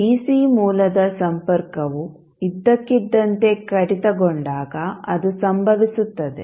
DC ಮೂಲದ ಸಂಪರ್ಕವು ಇದ್ದಕ್ಕಿದ್ದಂತೆ ಕಡಿತಗೊಂಡಾಗ ಅದು ಸಂಭವಿಸುತ್ತದೆ